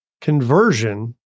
conversion